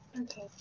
Okay